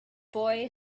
boy